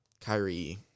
Kyrie